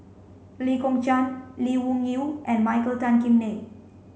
Lee Kong Chian Lee Wung Yew and Michael Tan Kim Nei